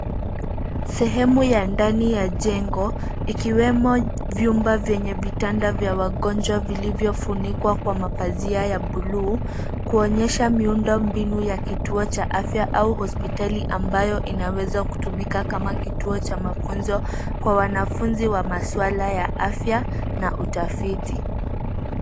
Sehemu ya ndani ya jengo ikiwemo vyumba vyenye vitanda vya wagonjwa vilivyofunikwa kwa mapazia ya bluu, kuonyesha miundo mbinu ya kituo cha afya au hospitali ambayo inaweza kutumika kama kituo cha mafunzo kwa wanafunzi wa maswala ya afya na utafiti.